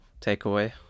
takeaway